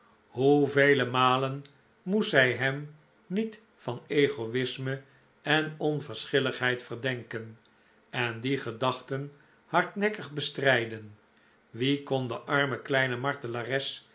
hoevele malen moest zij hem niet van ego'isme en onverschilligheid verdenken en die gedachten hardnekkig bestrijden wien kon de arme kleine